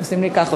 עושים לי ככה.